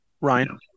Ryan